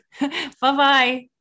Bye-bye